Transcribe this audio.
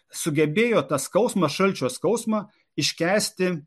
sugebėjo tą skausmo šalčio skausmą iškęsti